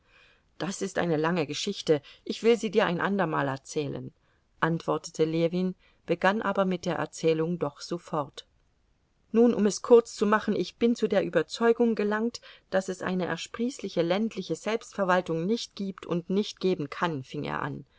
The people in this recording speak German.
das ist eine lange geschichte ich will sie dir ein ander mal erzählen antwortete ljewin begann aber mit der erzählung doch sofort nun um es kurz zu machen ich bin zu der überzeugung gelangt daß es eine ersprießliche ländliche selbstverwaltung nicht gibt und nicht geben kann fing er an